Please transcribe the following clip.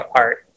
art